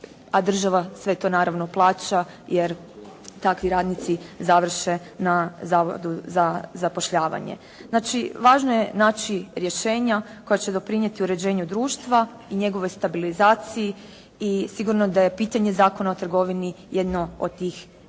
a države sve to naravno plaća, jer takvi radnici završe na Zavodu za zapošljavanje. Znači važno je naći rješenja koja će doprinijeti uređenju društva i njegovoj stabilizaciji i sigurno da je pitanje Zakona o trgovini jedno od tih važnih